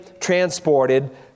transported